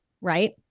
Right